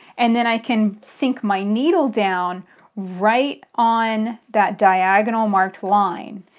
and then i can sink my needle down right on that diagonal marked line.